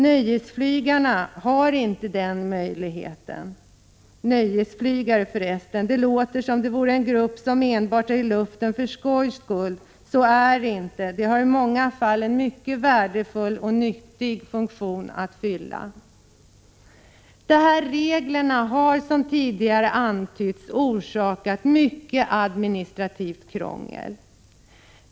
Nöjesflygarna har inte den möjligheten. Nöjesflygare förresten, det låter som om det vore en grupp som är i luften enbart för skojs skull. Så är det inte — de har i många fall en mycket värdefull och nyttig funktion att fylla. Reglerna har, som tidigare antytts, orsakat mycket administrativt krångel.